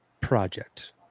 Project